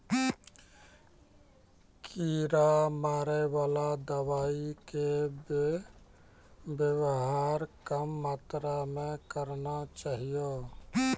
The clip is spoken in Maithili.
कीड़ा मारैवाला दवाइ के वेवहार कम मात्रा मे करना चाहियो